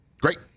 Great